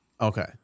Okay